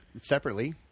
separately